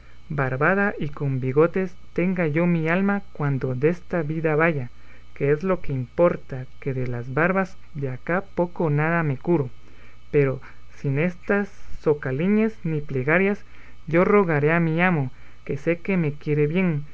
barbada y con bigotes tenga yo mi alma cuando desta vida vaya que es lo que importa que de las barbas de acá poco o nada me curo pero sin esas socaliñas ni plegarias yo rogaré a mi amo que sé que me quiere bien